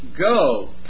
Go